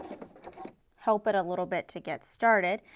help it a little bit to get started.